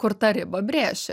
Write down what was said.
kur tą ribą brėši